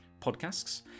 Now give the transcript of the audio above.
podcasts